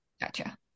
Gotcha